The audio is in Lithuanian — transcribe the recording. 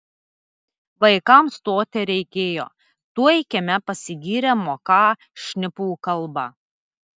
vaikams to tereikėjo tuoj kieme pasigyrė moką šnipų kalbą